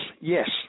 yes